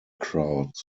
crowds